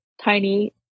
tiny